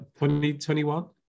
2021